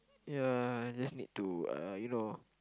ya just need to uh you know